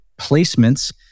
placements